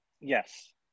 Yes